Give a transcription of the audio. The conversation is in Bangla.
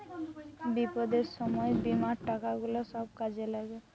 বিপদের সময় বীমার টাকা গুলা সব কাজে লাগে